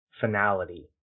finality